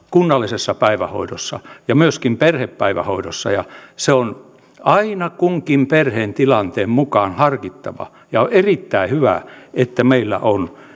kunnallisessa päivähoidossa ja myöskin perhepäivähoidossa ja se on aina kunkin perheen tilanteen mukaan harkittava ja on erittäin hyvä että meillä on